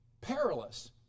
perilous